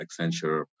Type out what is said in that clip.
Accenture